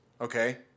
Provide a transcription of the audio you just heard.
okay